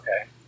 Okay